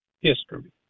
history